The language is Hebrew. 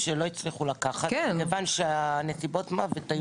הסיכוי שהזרע הזה יוכל להפרות ביצית מאוד תלוי בנסיבות המוות.